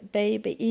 baby